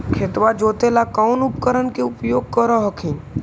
खेतबा जोते ला कौन उपकरण के उपयोग कर हखिन?